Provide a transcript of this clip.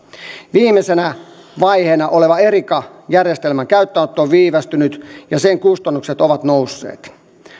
viimeisenä vaiheena oleva erica järjestelmän käyttöönotto on viivästynyt ja sen kustannukset ovat nousseet